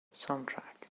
soundtrack